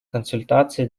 консультации